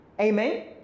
Amen